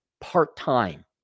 part-time